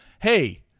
hey